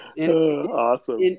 Awesome